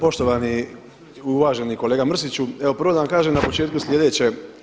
Poštovani, uvaženi kolega Mrsiću evo prvo da vam kažem na početku slijedeće.